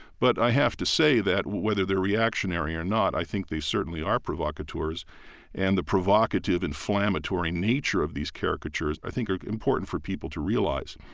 but i have to say that whether they're reactionary or not, i think they certainly are provocateurs and the provocative, inflammatory nature of these caricatures i think are important for people to realize.